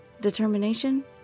Determination